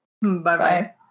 Bye-bye